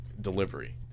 delivery